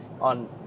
on